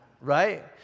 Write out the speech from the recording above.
Right